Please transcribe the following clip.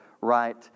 right